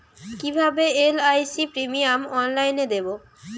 কিভাবে LIC premium অনলাইনে দেবো?